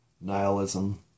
nihilism